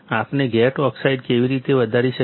આપણે gate oxide કેવી રીતે વધારી શકીએ